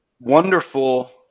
wonderful